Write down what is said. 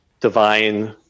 divine